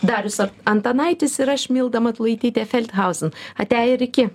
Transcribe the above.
darius an antanaitis ir aš milda matulaitytė feldhauzen ate ir iki